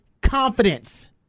confidence